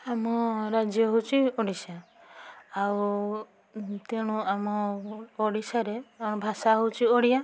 ଆମ ରାଜ୍ୟ ହେଉଛି ଓଡ଼ିଶା ଆଉ ତେଣୁ ଆମ ଓଡ଼ିଶାରେ ଆମ ଭାଷା ହେଉଛି ଓଡ଼ିଆ